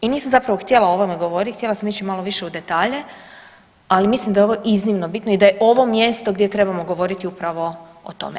I nisam zapravo htjela o ovome govoriti, htjela sam ići malo više u detalje, ali mislim da je ovo iznimno bitno i da je ovo mjesto gdje trebamo govoriti upravo o tome.